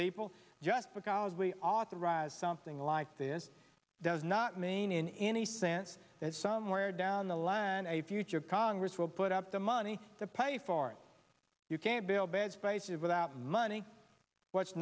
people just because we authorized something like this does not mean in any sense that somewhere down the line a future congress will put up the money to pay for it you can't bail beds places without money what's